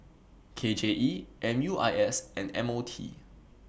K J E M U I S and M O T